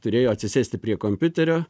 turėjo atsisėsti prie kompiuterio